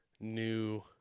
new